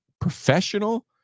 professional